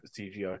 CGI